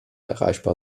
erreichbar